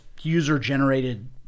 user-generated